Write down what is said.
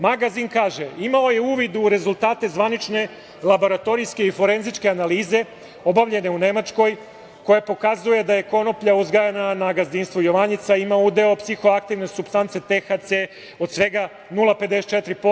Magazin kaže – imao je uvid u rezultate zvanične laboratorijske i forenzičke analize obavljene u Nemačkoj, koja pokazuje da je konoplja uzgajana na gazdinstvu „Jovanjica“ ima udeo psihoaktivne supstance THC od svega 0,54%